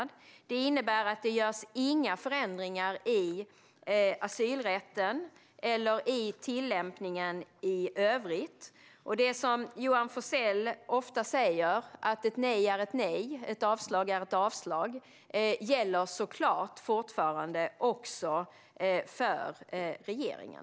Det innebär att inte görs några förändringar i asylrätten eller i tillämpningen i övrigt. Det Johan Forssell ofta säger om att ett nej är ett nej och att ett avslag är ett avslag gäller såklart fortfarande för regeringen.